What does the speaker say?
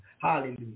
Hallelujah